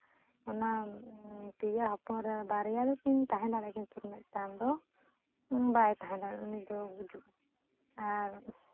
ᱚᱱᱟ ᱯᱮᱭᱟ ᱦᱚᱯᱚᱱ ᱨᱮ ᱵᱟᱨᱭᱟ ᱫᱚ ᱠᱤᱱ ᱛᱟᱦᱮᱸ ᱫᱟᱲᱭᱟᱜᱼᱟ ᱠᱤᱱᱛᱩ ᱢᱮᱫᱴᱟᱝ ᱫᱚ ᱵᱟᱭ ᱛᱟᱦᱮᱸ ᱫᱟᱲᱮᱭᱟᱜᱼᱟ ᱩᱱᱤ ᱫᱚ ᱜᱩᱡᱩᱜᱼᱟ ᱟᱨ